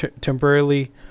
temporarily